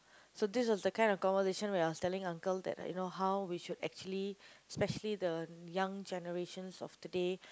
so this was the kind of the conversation where I was telling uncle that you know how we should actually especially the young generations of today